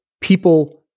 people